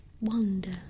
wonder